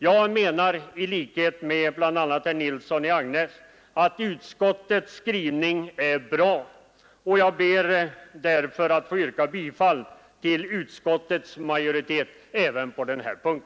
Jag anser i likhet med bl.a. herr Nilsson i Agnäs att utskottets skrivning är bra och jag ber därför att få yrka bifall till utskottets hemställan även på denna punkt.